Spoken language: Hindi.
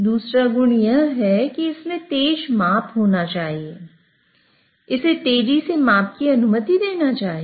दूसरा गुण यह है कि इसमें तेज माप होना चाहिए इसे तेजी से माप की अनुमति देनी चाहिए